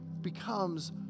becomes